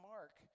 Mark